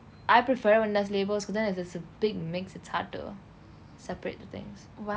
I prefer it when there's labels cause then it just a big mix it's hard to separate the things